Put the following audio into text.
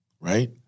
Right